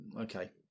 Okay